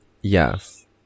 Yes